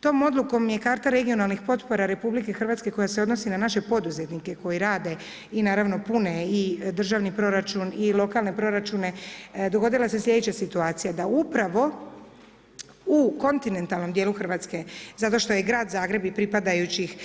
Tom odlukom je karta regionalnih potpora Republike Hrvatske koja se odnosi na naše poduzetnike koji rade i naravno pune državni proračun i lokalne proračune, dogodila se slijedeća situacija, da upravo u kontinentalnom dijelu Hrvatske zato što je Grad Zagreb i pripadajućih